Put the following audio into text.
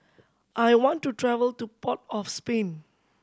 I want to travel to Port of Spain